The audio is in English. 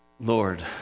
Lord